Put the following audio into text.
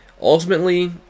Ultimately